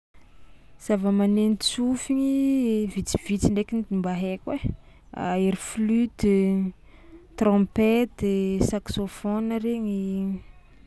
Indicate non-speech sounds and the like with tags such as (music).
Zavamaneno tsofiny i vitsivitsy ndraiky no mba haiko ai: (hesitation) ery flute, trompety, saxophone regny.